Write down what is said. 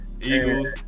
Eagles